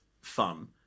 fun